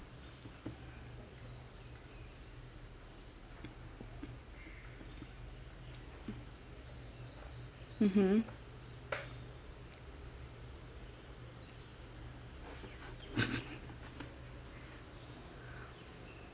mmhmm